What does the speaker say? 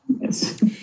Yes